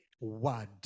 word